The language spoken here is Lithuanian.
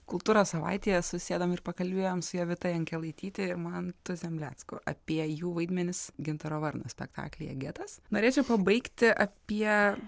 kultūros savaitėje susėdom ir pakalbėjom su jovita jankelaityte ir mantu zemlecku apie jų vaidmenis gintaro varno spektaklyje getas norėčiau pabaigti apie